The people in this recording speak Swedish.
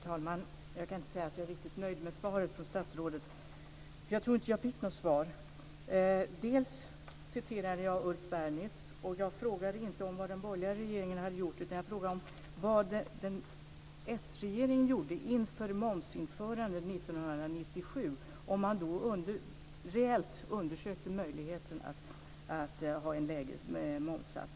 Herr talman! Jag kan inte säga att jag är riktigt nöjd med svaret från statsrådet. Jag tror nämligen inte att jag fick något svar. Jag citerade Ulf Bernitz, men jag frågade inte vad den borgerliga regeringen hade gjort utan vad s-regeringen gjorde inför momsinförandet 1997, om man då reellt undersökte möjligheten att ha en lägre momssats.